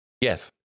Yes